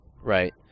Right